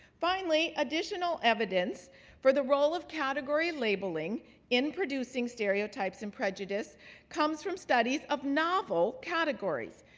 finally, additional evidence for the role of category labeling in producing stereotypes and prejudice comes from studies of novel categories.